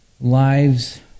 lives